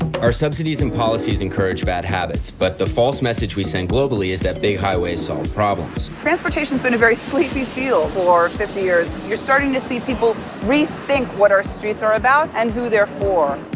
our subsidies and policies encourage bad habits but the false message we send globally is that big highways solve problems. transportation's been a very sleepy field for fifty years. you're starting to see people rethink what our streets are about and who they're for.